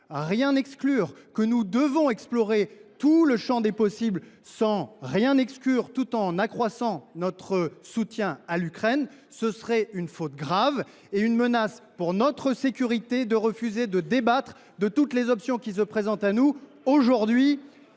rien exclure, que nous devions explorer tout le champ des possibles, tout en accroissant notre soutien à l’Ukraine. Ce serait une faute grave et une menace pour notre sécurité que de refuser de débattre de toutes les options qui se présentent à nous, aujourd’hui